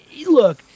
Look